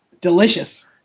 Delicious